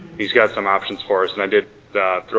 he's got some options for us and i did throw,